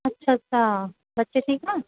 ਅੱਛਾ ਅੱਛਾ ਬੱਚੇ ਠੀਕ ਆ